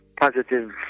positive